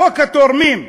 חוק התורמים,